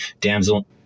damsel